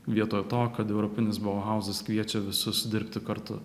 vietoj to kad europinis bohauzas kviečia visus dirbti kartu